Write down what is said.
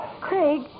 Craig